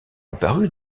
apparue